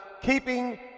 keeping